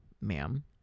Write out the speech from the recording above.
ma'am